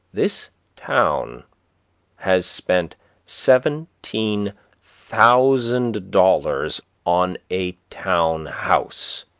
this town has spent seventeen thousand dollars on a town-house,